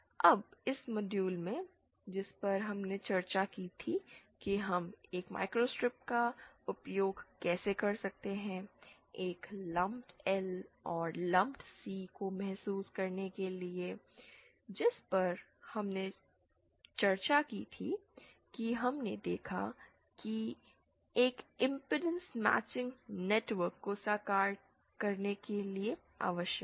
अब इस मॉड्यूल में जिस पर हमने चर्चा की थी कि हम एक माइक्रोस्ट्रिप का उपयोग कैसे कर सकते हैं एक लंपड L और लंपड C को महसूस करने के लिए जिस पर हमने चर्चा की थी कि हमने देखा कि एक इंपेडेंस मैचिंग नेटवर्क को साकार करने के लिए आवश्यक है